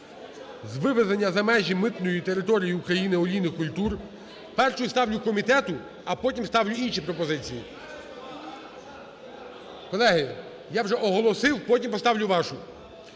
з вивезення за межі митної території України олійних культур… Першою я ставлю комітету, а потім ставлю інші пропозиції. Колеги, я вже оголосив, потім поставлю вашу.